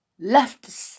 left